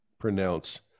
pronounce